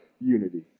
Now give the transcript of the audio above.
unity